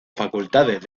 facultades